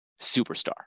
superstar